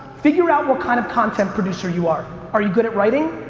figure out what kind of content producer you are. are you good at writing?